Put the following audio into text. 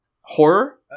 Horror